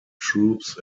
troops